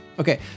Okay